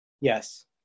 Yes